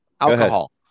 alcohol